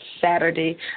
Saturday